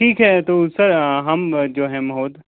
ठीक है तो सर हम जो हैं महोद